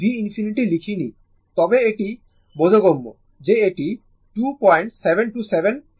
আমি v ∞ লিখিনি তবে এটি বোধগম্য যে এটি 2727 অ্যামপার